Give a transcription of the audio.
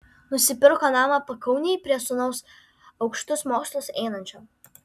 nusipirko namą pakaunėj prie sūnaus aukštus mokslus einančio